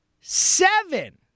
seven